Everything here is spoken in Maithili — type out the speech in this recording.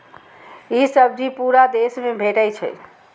ई सब्जी पूरा देश मे भेटै छै